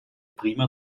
prima